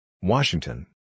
Washington